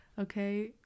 Okay